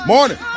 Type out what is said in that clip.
Morning